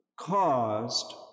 caused